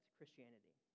Christianity